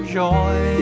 joy